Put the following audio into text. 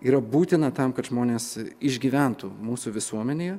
yra būtina tam kad žmonės išgyventų mūsų visuomenėje